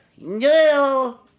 no